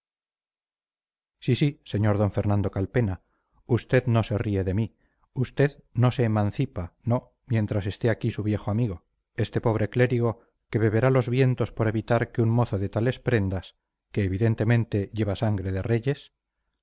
sr d fernando calpena usted no se ríe de mí usted no se emancipa no mientras esté aquí su viejo amigo este pobre clérigo que beberá los vientos por evitar que un mozo de tales prendas que evidentemente lleva sangre de reyes